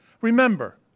Remember